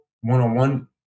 one-on-one